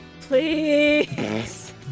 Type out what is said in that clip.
Please